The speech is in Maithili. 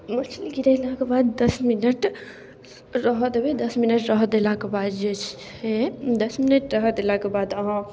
मछली गिरेलाके बाद दस मिनट रहऽ देबै दस मिनट रहऽ देलाके बाद जे छै दस मिनट रहऽ देलाके बाद अहाँ